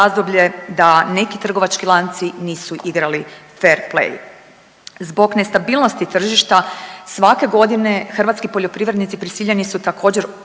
razdoblje da neki trgovački lanci nisu igrali fer play. Zbog nestabilnosti tržišta, svake godine hrvatski poljoprivrednici prisiljeni su također,